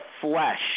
flesh